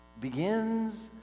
begins